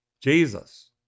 jesus